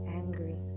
angry